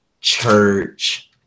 church